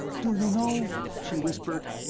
do you know? she whispered.